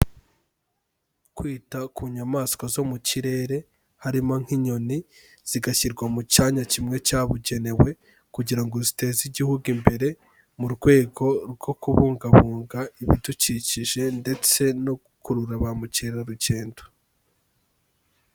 Kwita ku nyamaswa zo mu kirere harimo nk'inyoni, zigashyirwa mu cyanya kimwe cyabugenewe kugira ngo ziteze Igihugu imbere, mu rwego rwo kubungabunga ibidukikije ndetse no gukurura ba mukerarugendo.